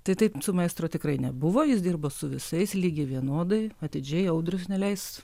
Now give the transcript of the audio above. tai taip su maestro tikrai nebuvo jis dirbo su visais lygiai vienodai atidžiai audrius neleis pameluot